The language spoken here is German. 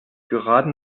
gerade